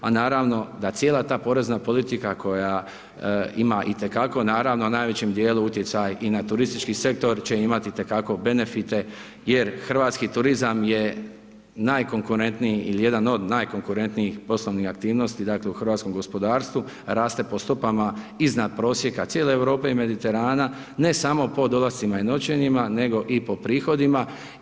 A naravno da cijela ta porezna politika koja ima itekako naravno u najvećem dijelu utjecaj i na turistički sektor će imati itekako benefite jer hrvatski turizam je najkonkurentniji ili jedan od najkonkurentnijih poslovnih aktivnosti dakle u hrvatskom gospodarstvu, raste po stopama iznad prosjeka cijele Europe i Mediterana ne samo pod dolascima i noćenjima nego i po prihodima.